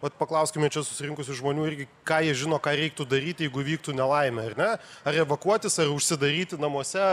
vat paklauskime čia susirinkusių žmonių irgi ką jie žino ką reiktų daryt jeigu įvyktų nelaimė ar ne ar evakuotis ar užsidaryti namuose